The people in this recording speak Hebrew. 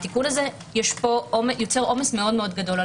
התיקון הזה יוצר עומס מאוד גדול על